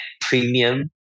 premium